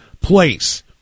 place